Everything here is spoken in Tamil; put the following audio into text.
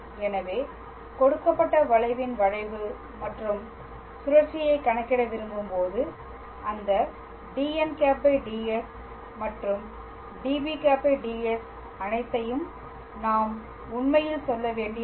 எனவே கொடுக்கப்பட்ட வளைவின் வளைவு மற்றும் சுழற்சியைக் கணக்கிட விரும்பும்போது அந்த dn̂ ds மற்றும் db̂ ds அனைத்தையும் நாம் உண்மையில் சொல்ல வேண்டியதில்லை